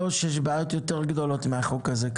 לאיו"ש יש בעיות יותר גדולות מאשר החוק הזה,